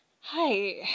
Hi